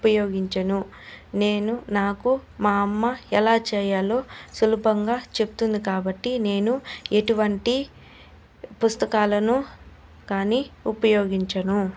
ఉపయోగించను నేను నాకు మా అమ్మ ఎలా చేయాలో సులభంగా చెప్తుంది కాబట్టి నేను ఎటువంటి పుస్తకాలను కానీ ఉపయోగించను